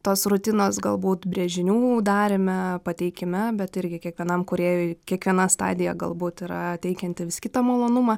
tos rutinos galbūt brėžinių daryme pateikime bet irgi kiekvienam kūrėjui kiekviena stadija galbūt yra teikianti vis kitą malonumą